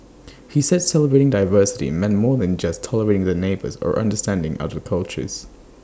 he said celebrating diversity meant more than just tolerating the neighbours or understanding other cultures